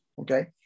Okay